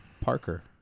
Parker